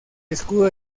escudo